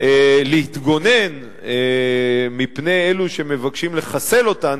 להתגונן מפני אלו שמבקשים לחסל אותן,